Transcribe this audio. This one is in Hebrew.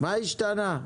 מה השתנה?